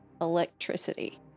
Electricity